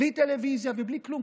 בלי טלוויזיה ובלי כלום.